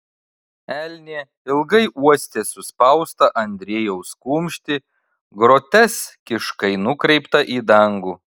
elnė ilgai uostė suspaustą andriejaus kumštį groteskiškai nukreiptą į dangų